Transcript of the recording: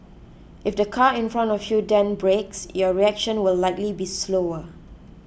if the car in front of you then brakes your reaction will likely be slower